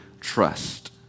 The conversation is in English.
trust